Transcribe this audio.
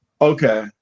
Okay